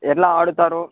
ఎలా ఆడుతారు